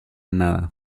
nada